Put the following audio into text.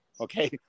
Okay